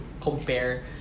compare